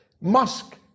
Musk